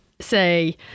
say